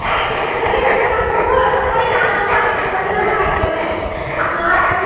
ஆ ஐயோ கடவுளே நான் பூம்புகாரில் போய் நானூறுரூவா ஐந்நூறுரூவாய்க்கி தாம்மா வாங்கிட்டு வருவேன் அது நாலு அஞ்சு